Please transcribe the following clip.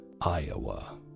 Iowa